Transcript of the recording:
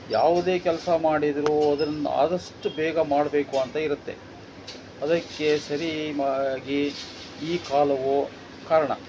ಯಾವುದೇ ಕೆಲಸ ಮಾಡಿದರೂ ಅದ್ರನ್ನ ಆದಷ್ಟು ಬೇಗ ಮಾಡಬೇಕು ಅಂತ ಇರುತ್ತೆ ಅದಕ್ಕೆ ಸರಿಯಾಗಿ ಈ ಕಾಲವೂ ಕಾರಣ